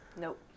nope